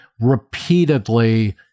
repeatedly